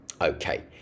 Okay